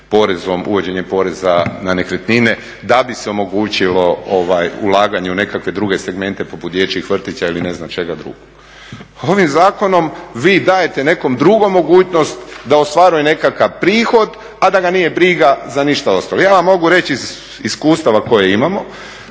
uvođenjem poreza na nekretnine da bi se omogućilo ulaganje u nekakve druge segmente poput dječjih vrtića ili ne znam čega drugog. Ovim zakonom vi dajete nekom drugom mogućnost da ostvaruje nekakav prihod, a da ga nije briga za ništa ostalo. Ja vam mogu reći iz iskustava koja imamo